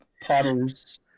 Potters